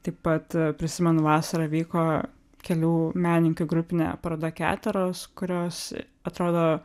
taip pat prisimenu vasarą vyko kelių menininkų grupinė paroda keturios kurios atrodo